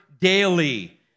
daily